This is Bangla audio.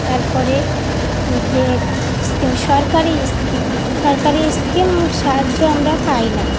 তারপরে যে স্কিম সরকারি স্কিম সরকারি স্কিম সাহায্য আমরা পাই না